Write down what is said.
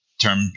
term